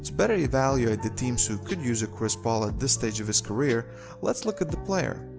better evaluate the teams who could use a chris paul at this stage of his career let's look at the player.